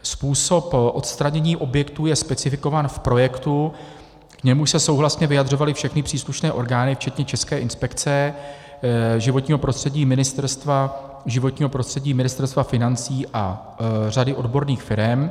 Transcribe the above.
Způsob odstranění objektů je specifikován v projektu, k němuž se souhlasně vyjadřovaly všechny příslušné orgány včetně České inspekce životního prostředí, Ministerstva životního prostředí, Ministerstva financí a řady odborných firem.